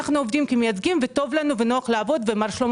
אנחנו עובדים כמייצגים וטוב לנו ונוח לעבוד ומר שלמה